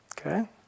Okay